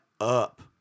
up